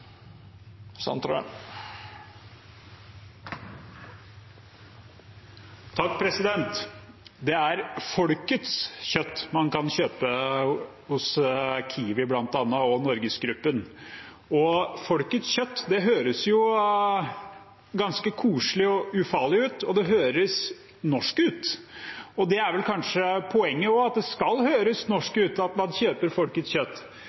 er Folkets kjøtt man kan kjøpe hos Kiwi, bl.a., og NorgesGruppen. Folkets kjøtt høres jo ganske koselig og ufarlig ut, og det høres norsk ut. Det er vel kanskje poenget også, at det skal høres norsk ut at man kjøper Folkets kjøtt,